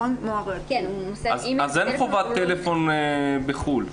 אז אין חובת טלפון בחוץ לארץ.